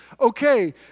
Okay